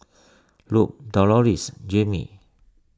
Lupe Doloris Jaime